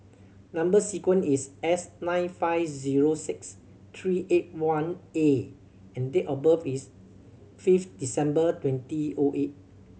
number sequence is S nine five zero six three eight one A and date of birth is fifth December twenty O eight